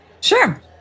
Sure